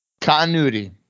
Continuity